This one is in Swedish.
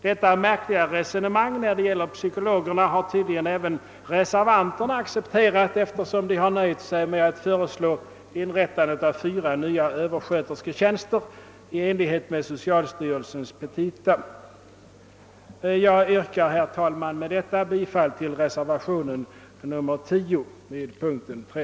Detta märkliga resonemang i fråga om psykologer har tydligen även reservanterna accepterat, eftersom de har nöjt sig med att föreslå inrättandet av fyra nya överskötersketjänster i enlighet med socialstyrelsens petita. Jag yrkar, herr talman, med det an